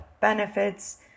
benefits